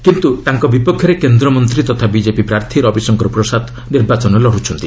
କିନ୍ତୁ ତାଙ୍କ ବିପକ୍ଷରେ କେନ୍ଦ୍ରମନ୍ତ୍ରୀ ତଥା ବିଜେପି ପ୍ରାର୍ଥୀ ରବିଶଙ୍କର ପ୍ରସାଦ ଲଢୁଛନ୍ତି